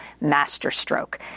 masterstroke